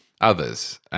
others